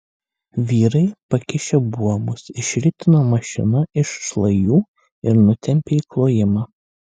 vyrai pakišę buomus išritino mašiną iš šlajų ir nutempė į klojimą